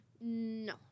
No